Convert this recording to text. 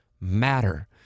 matter